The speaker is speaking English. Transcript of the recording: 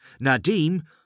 Nadim